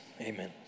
Amen